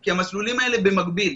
כי המסלולים האלה הם במקביל.